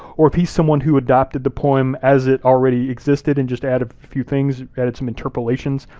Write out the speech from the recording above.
or if he's someone who adapted the poem as it already existed and just added a few things. added some interpolations,